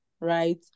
right